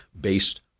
based